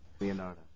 Leonardo